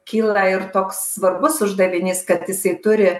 kyla ir toks svarbus uždavinys kad jisai turi